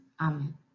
Amen